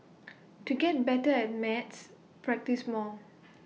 to get better at maths practise more